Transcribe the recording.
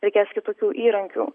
reikės kitokių įrankių